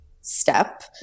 step